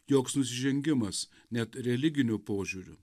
joks nusižengimas net religiniu požiūriu